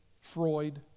Freud